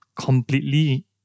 completely